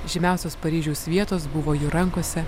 žymiausios paryžiaus vietos buvo jų rankose